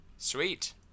Sweet